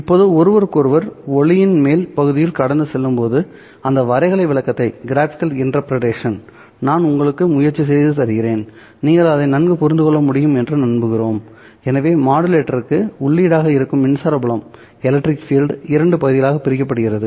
இப்போது ஒருவருக்கொருவர் ஒளியின் மேல் பகுதியில் கடந்து செல்லும்போது அந்த வரைகலை விளக்கத்தை நான் உங்களுக்கு முயற்சி செய்து தருகிறேன் நீங்கள் அதை நன்கு புரிந்து கொள்ள முடியும் என்று நம்புகிறோம் எனவே மாடுலேட்டருக்கு உள்ளீடாக இருக்கும் மின்சார புலம் இரண்டு பகுதிகளாக பிரிக்கப்படுகிறது